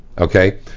Okay